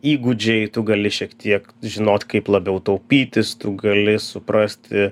įgūdžiai tu gali šiek tiek žinot kaip labiau taupytis tu gali suprasti